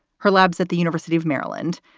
her labs at the university of maryland.